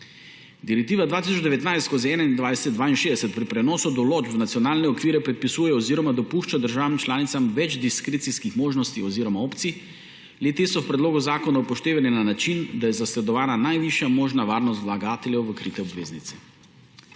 Direktiva 2019/2162 pri prenosu določb v nacionalne okvire predpisuje oziroma dopušča državam članicam več diskrecijskih možnosti oziroma opcij. Le-te so v predlogu zakona upoštevane na način, da je zasledovana najvišja možna varnost vlagateljev v krite obveznice.